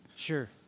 Sure